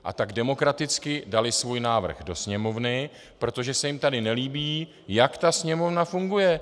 A tak demokraticky dali svůj návrh do Sněmovny, protože se jim tady nelíbí, jak ta Sněmovna funguje.